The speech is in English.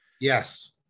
Yes